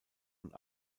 und